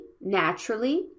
naturally